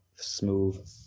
Smooth